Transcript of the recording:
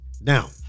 Now